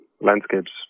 landscapes